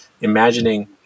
imagining